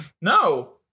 No